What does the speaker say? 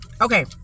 Okay